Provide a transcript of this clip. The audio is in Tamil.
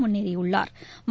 முன்னேறியுள்ளாா்